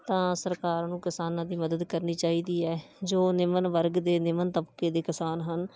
ਤਾਂ ਸਰਕਾਰ ਨੂੰ ਕਿਸਾਨਾਂ ਦੀ ਮਦਦ ਕਰਨੀ ਚਾਹੀਦੀ ਹੈ ਜੋ ਨਿਮਨ ਵਰਗ ਦੇ ਨਿਮਨ ਤਪਕੇ ਦੇ ਕਿਸਾਨ ਹਨ